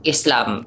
Islam